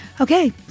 Okay